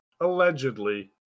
Allegedly